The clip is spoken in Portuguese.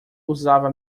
usava